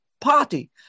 party